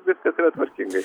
viskas yra tvarkingai